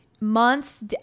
months